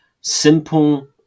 simple